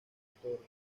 toro